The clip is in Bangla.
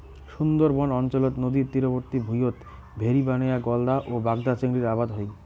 সুন্দরবন অঞ্চলত নদীর তীরবর্তী ভুঁইয়ত ভেরি বানেয়া গলদা ও বাগদা চিংড়ির আবাদ হই